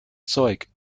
zeug